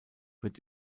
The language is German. wird